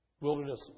wilderness